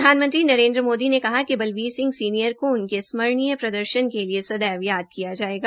प्रधानमंत्री नरेन्द्र मोदी ने कहा कि बलबीर सिंह सीनियर को स्मरणीय प्रदर्शन के लिए सदैव याद किया जायेग